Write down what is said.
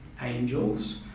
angels